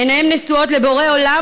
עיניהם נשואות לבורא עולם,